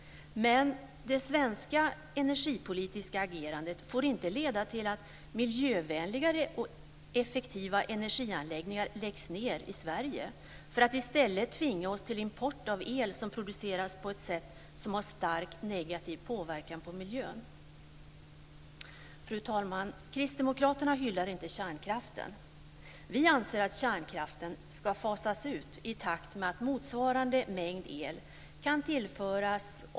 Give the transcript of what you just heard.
Fru talman! Kristdemokraterna hyllar inte kärnkraften.